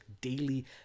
daily